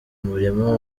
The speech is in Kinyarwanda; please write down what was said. umurima